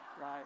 right